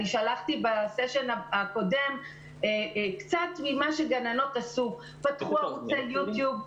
שלחתי בסשן הקודם קצת ממה שגננות עשו: פתחו ערוצי יו טיוב,